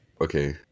Okay